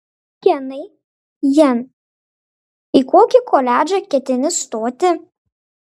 kenai jan į kokį koledžą ketini stoti